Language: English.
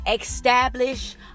establish